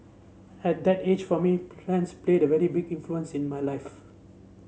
at that age for me friends played a very big influence in my life